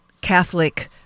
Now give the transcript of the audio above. Catholic